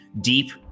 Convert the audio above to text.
deep